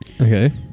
Okay